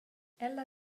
ella